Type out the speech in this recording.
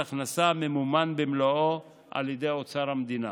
הכנסה ממומן במלואו על ידי אוצר המדינה.